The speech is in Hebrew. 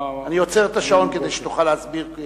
אני עוצר את השעון כדי שתוכל להסביר.